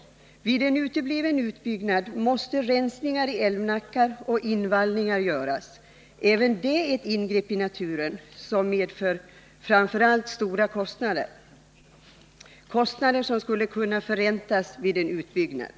Vid en utebliven utbyggnad måste rensningar i älvnackar och invallningar göras. Även det innebär ett ingrepp i naturen och medför framför allt stora kostnader — kostnader som skulle kunna förräntas vid en utbyggnad.